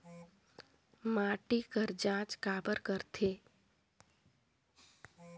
माटी कर जांच काबर करथे?